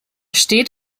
steht